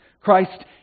Christ